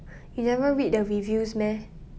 you never read the reviews meh